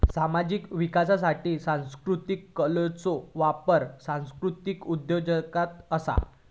सामाजिक विकासासाठी सांस्कृतीक कलांचो वापर सांस्कृतीक उद्योजगता असा